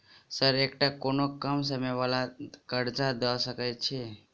Sir एकटा कोनो कम समय वला कर्जा दऽ सकै छी?